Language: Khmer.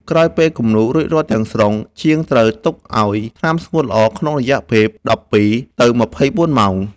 ក្រោយពេលគំនូររួចរាល់ទាំងស្រុង ជាងត្រូវទុកឱ្យថ្នាំស្ងួតល្អក្នុងរយៈពេលពី ១២ ទៅ ២៤ ម៉ោង។